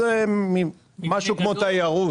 משהו כמו תיירות.